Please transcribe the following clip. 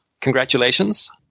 Congratulations